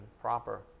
proper